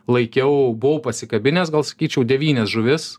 laikiau buvau pasikabinęs gal sakyčiau devynias žuvis